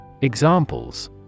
Examples